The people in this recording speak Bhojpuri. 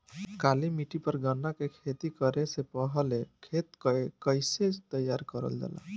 काली मिट्टी पर गन्ना के खेती करे से पहले खेत के कइसे तैयार करल जाला?